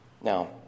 Now